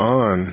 on